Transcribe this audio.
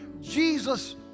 Jesus